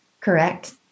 Correct